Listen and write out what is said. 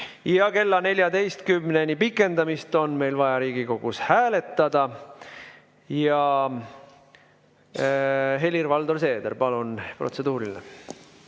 Kella 14‑ni pikendamist on meil vaja Riigikogus hääletada. Helir-Valdor Seeder, palun, protseduuriline!